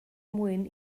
mwyn